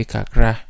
Kakra